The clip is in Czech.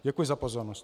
Děkuji za pozornost.